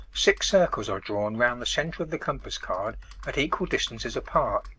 six circles are drawn round the centre of the compass card at equal distances apart,